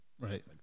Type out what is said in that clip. Right